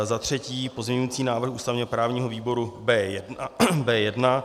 Za třetí, pozměňující návrh ústavněprávního výboru B1.